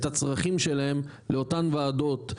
את הצרכים שלהם לאותן ועדות,